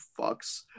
fucks